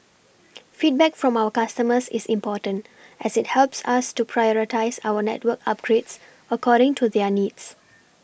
feedback from our customers is important as it helps us to prioritise our network upgrades according to their needs